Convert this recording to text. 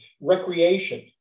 recreation